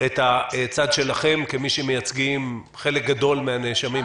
את הצד שלכם כמי שמייצגים חלק גדול מן הנאשמים,